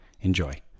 Enjoy